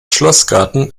schlossgarten